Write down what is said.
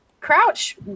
Crouch